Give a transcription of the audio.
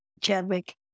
Chadwick